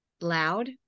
loud